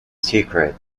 secret